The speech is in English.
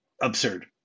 absurd